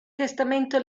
testamento